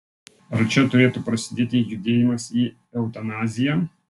ar čia turėtų prasidėti judėjimas į eutanaziją